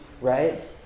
Right